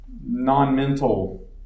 non-mental